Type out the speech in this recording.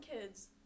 kids